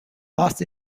lost